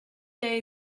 day